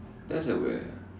that's at where